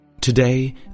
Today